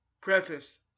Preface